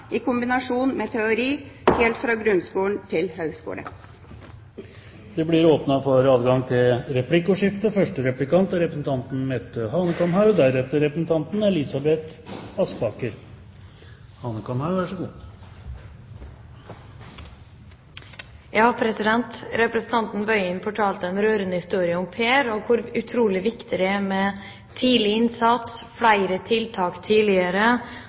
i kombinasjon med teori, helt fra grunnskolen til høyskolen. Det blir replikkordskifte. Representanten Tingelstad Wøien fortalte en rørende historie om Per og hvor utrolig viktig det er med tidlig innsats, flere tiltak tidligere